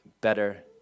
better